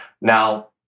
now